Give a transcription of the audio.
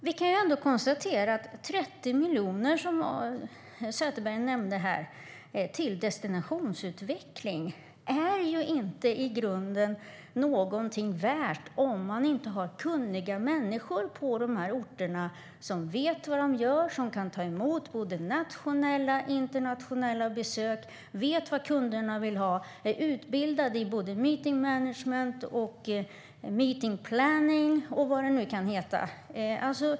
Vi kan ändå konstatera att de 30 miljoner till destinationsutveckling som Anna-Caren Sätherberg nämnde i grunden inte är någonting värt om man inte har kunniga människor på dessa orter som vet vad de gör, som kan ta emot både nationella och internationella besök, som vet vad kunderna vill ha och som är utbildade i meeting management, meeting planning och vad det nu kan heta.